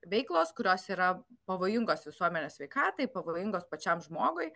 veiklos kurios yra pavojingos visuomenės sveikatai pavojingos pačiam žmogui